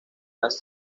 las